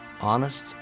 honest